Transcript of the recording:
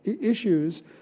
issues